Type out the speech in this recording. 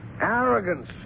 Arrogance